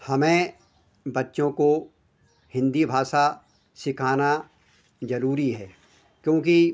हमें बच्चों को हिन्दी भाषा सिखाना ज़रूरी है क्योंकि